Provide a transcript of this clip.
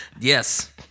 Yes